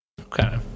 okay